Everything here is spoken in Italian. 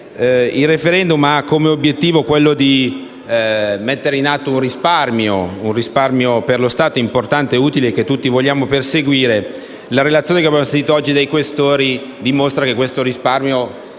il *referendum* ha come obiettivo quello di mettere in atto un risparmio, per lo Stato importante e utile - che tutti vogliamo perseguire - la relazione che abbiamo sentito oggi dai Questori dimostra che questo risparmio